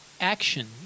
action